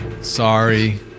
Sorry